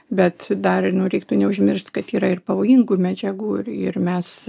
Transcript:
bet dar nu reiktų neužmiršti kad yra ir pavojingų medžiagų ir ir mes